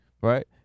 right